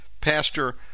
Pastor